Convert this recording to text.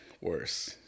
worse